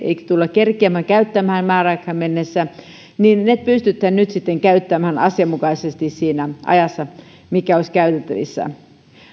kerkeämään käyttää määräaikaan mennessä niin ne pystytään nyt sitten käyttämään asianmukaisesti siinä ajassa mikä olisi käytettävissä